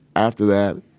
after that,